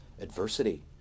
adversity